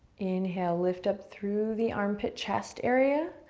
inhale, lift up through the armpit chest area,